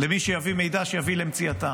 למי שיביא מידע שיביא למציאתה.